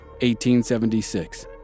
1876